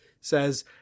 says